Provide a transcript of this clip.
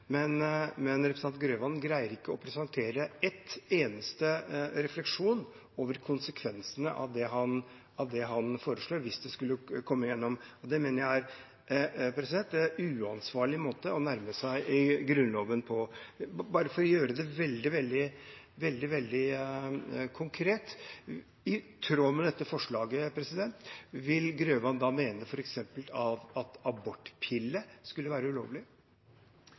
Men representanten Grøvan greier ikke å presentere en eneste refleksjon over konsekvensene av det han foreslår, hvis det skulle gå gjennom, og det mener jeg er en uansvarlig måte å nærme seg Grunnloven på. For å gjøre det veldig konkret: Vil representanten Grøvan, i tråd med dette forslaget,